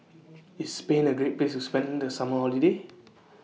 IS Spain A Great Place to spend The Summer Holiday